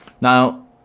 Now